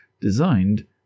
designed